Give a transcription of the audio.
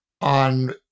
on